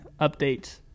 updates